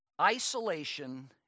isolation